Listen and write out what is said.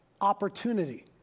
opportunity